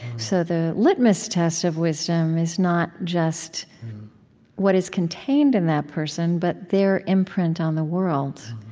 so the litmus test of wisdom is not just what is contained in that person, but their imprint on the world.